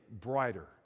brighter